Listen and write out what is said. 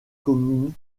commune